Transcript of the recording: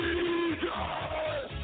Jesus